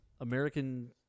American